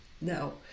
No